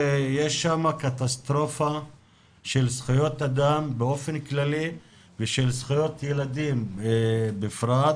יש שם קטסטרופה של זכויות אדם באופן כללי ושל זכויות ילדים בפרט.